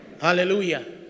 Hallelujah